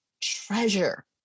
treasure